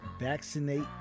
vaccinate